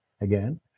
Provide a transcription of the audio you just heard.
again